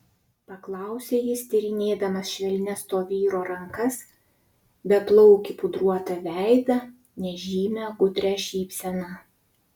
paklausė jis tyrinėdamas švelnias to vyro rankas beplaukį pudruotą veidą nežymią gudrią šypseną